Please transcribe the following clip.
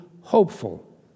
hopeful